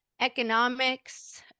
economics